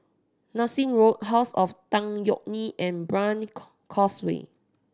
Nassim Road House of Tan Yeok Nee and Brani Causeway